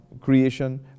creation